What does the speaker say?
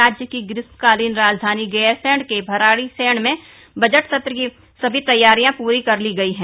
राज्य की ग्रीष्मकालीन राजधानी गैरसैण के भरालीसैण में बजट सत्र की समी तैयारियां पूरी कल ली गयी है